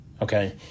Okay